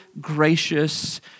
gracious